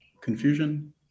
confusion